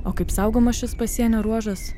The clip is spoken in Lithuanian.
o kaip saugomas šis pasienio ruožas